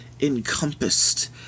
encompassed